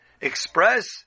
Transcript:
express